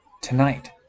tonight